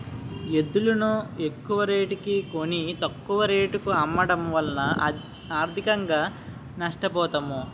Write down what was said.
ఎద్దులును ఎక్కువరేటుకి కొని, తక్కువ రేటుకు అమ్మడము వలన ఆర్థికంగా నష్ట పోతాం